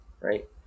Right